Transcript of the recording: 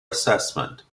assessment